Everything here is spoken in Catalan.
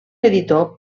editor